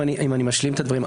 אם אני משלים את הדברים,